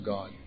God